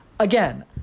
Again